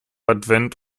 advent